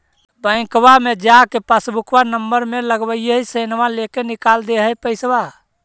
बैंकवा मे जा के पासबुकवा नम्बर मे लगवहिऐ सैनवा लेके निकाल दे है पैसवा?